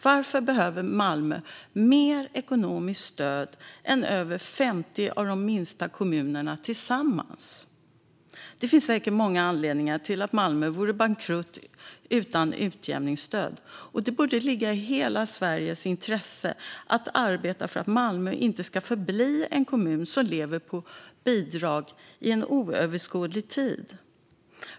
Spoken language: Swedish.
Varför behöver Malmö mer ekonomiskt stöd än över 50 av de minsta kommunerna tillsammans? Det finns säkert många anledningar till att Malmö vore bankrutt utan utjämningsstödet, och det borde ligga i hela Sveriges intresse att arbeta för att Malmö inte ska förbli en kommun som lever på bidrag under en oöverskådlig framtid.